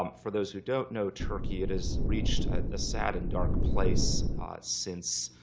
um for those who don't know turkey, it has reached a sad and dark place since,